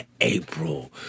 april